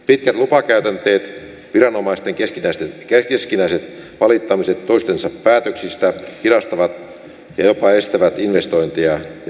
pitkät lupakäytänteet viranomaisten keskinäiset valittamiset toistensa päätöksistä hidastavat ja jopa estävät investointeja ja tulevaa talouskasvua